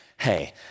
Hey